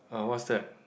uh what's that